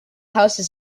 houses